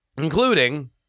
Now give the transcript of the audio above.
including